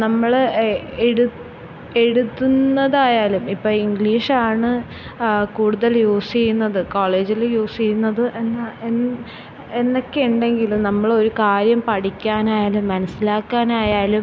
നമ്മൾ എഴുതുന്നതായാലും ഇപ്പം ഇംഗ്ലീഷാണ് കൂടുതൽ യൂസ് ചെയ്യുന്നത് കോളേജിൽ യൂസ് ചെയ്യുന്നത് എന്ന എന്ന് എന്നൊക്കെ ഉണ്ടെങ്കിലും നമ്മളൊരു കാര്യം പഠിക്കാനായാലും മനസ്സിലാക്കാനായാലും